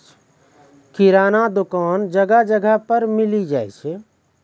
किराना दुकान जगह जगह पर मिली जाय छै